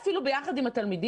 אולי אפילו ביחד עם התלמידים,